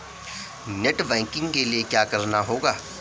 Net banking के लिए क्या करना होगा?